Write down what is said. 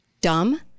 dumb